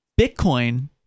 Bitcoin